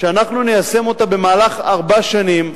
שאנחנו ניישם אותה במהלך ארבע שנים.